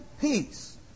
peace